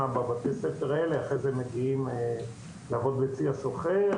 בבתי הספר האלה אחרי זה מגיעים לעבוד בצי הסוחר,